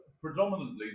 predominantly